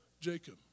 Jacob